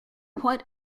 what